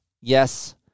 yes